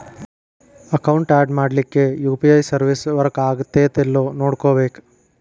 account add ಮಾಡ್ಲಿಕ್ಕೆ UPI service work ಆಗತ್ತೇಲ್ಲೋ ನೋಡ್ಕೋಬೇಕ್